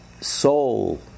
Soul